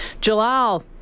Jalal